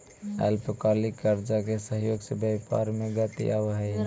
अल्पकालिक कर्जा के सहयोग से व्यापार में गति आवऽ हई